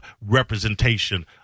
representation